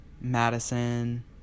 Madison